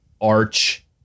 arch-